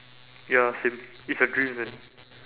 ya same it's your dream man